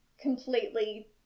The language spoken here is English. completely